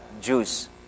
Jews